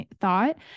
thought